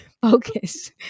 focus